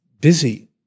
busy